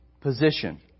position